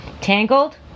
Tangled